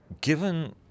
Given